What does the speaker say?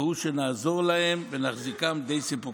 והוא שנעזור להם ונחזיקם די סיפוקם.